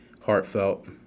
heartfelt